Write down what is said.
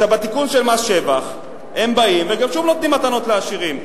בתיקון של מס שבח הם באים וגם שם נותנים מתנות לעשירים.